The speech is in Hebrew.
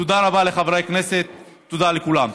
תודה רבה לחברי הכנסת, תודה לכולם.